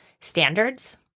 standards